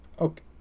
Okay